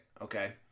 Okay